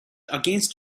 against